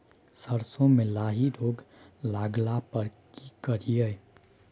सरसो मे लाही रोग लगला पर की करिये?